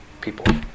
people